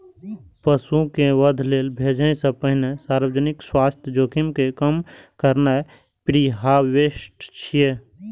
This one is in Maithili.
पशु कें वध लेल भेजै सं पहिने सार्वजनिक स्वास्थ्य जोखिम कें कम करनाय प्रीहार्वेस्ट छियै